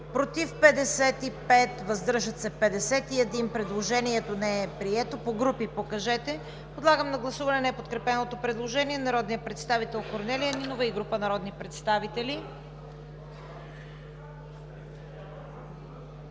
против 55, въздържали се 51. Предложението не е прието. Подлагам на гласуване неподкрепеното предложение на народния представител Корнелия Нинова и група народни представители.